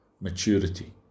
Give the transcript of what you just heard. maturity